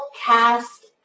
cast